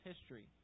history